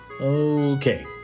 Okay